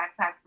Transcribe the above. backpack